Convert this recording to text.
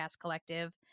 Collective